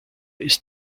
ist